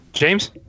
James